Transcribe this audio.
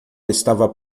estava